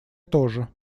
тоже